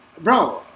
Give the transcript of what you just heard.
Bro